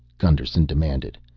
gusterson demanded.